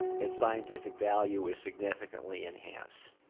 its scientific value is significantly enhanced.